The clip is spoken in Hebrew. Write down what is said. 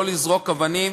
לא לזרוק אבנים,